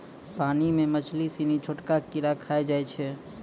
पानी मे मछली सिनी छोटका कीड़ा खाय जाय छै